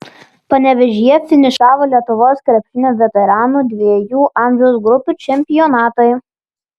panevėžyje finišavo lietuvos krepšinio veteranų dviejų amžiaus grupių čempionatai